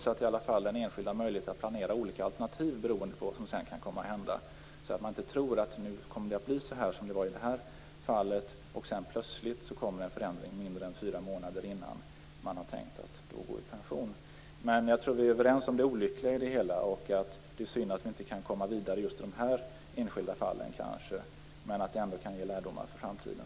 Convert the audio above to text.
Då har de enskilda i alla fall möjlighet att planera olika alternativ beroende på vad som sedan kan komma att hända, så att de inte tror att det kommer att bli på ett visst sätt, som i detta fall, och att det sedan mindre än fyra månader före ikraftträdande sker en förändring. Jag tror att vi är överens om det olyckliga i det hela och att det är synd att vi inte kan komma vidare i just dessa enskilda fall men att det kan ge lärdomar för framtiden.